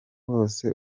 bose